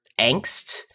angst